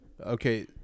Okay